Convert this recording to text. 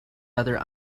other